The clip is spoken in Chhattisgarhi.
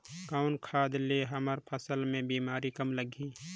कौन खाद ले हमर फसल मे बीमारी कम लगही?